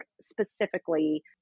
specifically